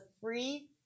free